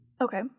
Okay